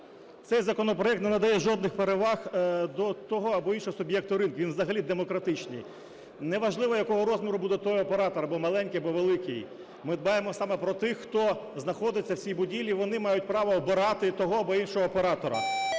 Цей законопроект не надає жодних переваг до того або іншого суб'єкту ринку, він взагалі демократичний. Не важливо якого розміру буде той оператор – або маленький, або великий, ми дбаємо саме про тих, хто знаходиться в цій будівлі, вони мають право обирати того або іншого оператора.